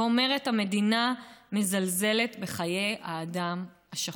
ואומרת: המדינה מזלזלת בחיי האדם השחור,